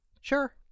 Sure